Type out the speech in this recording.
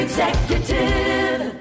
Executive